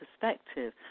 perspective